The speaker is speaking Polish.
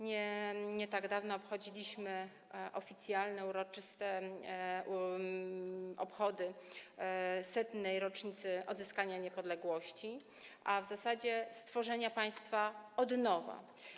Nie tak dawno mieliśmy oficjalne, uroczyste obchody 100. rocznicy odzyskania niepodległości, a w zasadzie stworzenia państwa od nowa.